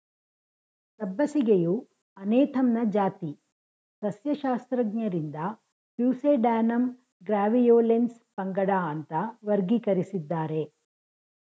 ಸಬ್ಬಸಿಗೆಯು ಅನೇಥಮ್ನ ಜಾತಿ ಸಸ್ಯಶಾಸ್ತ್ರಜ್ಞರಿಂದ ಪ್ಯೂಸೇಡ್ಯಾನಮ್ ಗ್ರ್ಯಾವಿಯೋಲೆನ್ಸ್ ಪಂಗಡ ಅಂತ ವರ್ಗೀಕರಿಸಿದ್ದಾರೆ